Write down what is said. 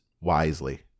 Wisely